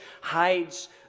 hides